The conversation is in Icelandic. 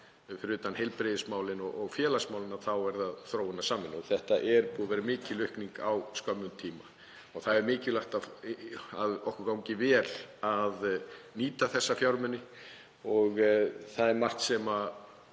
fyrir utan heilbrigðismálin og félagsmálin, þá er það vegna þróunarsamvinnu. Þetta er mikil aukning á skömmum tíma. Það er mikilvægt að okkur gangi vel að nýta þessa fjármuni og það er margt sem má